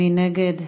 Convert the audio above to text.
מי נגד?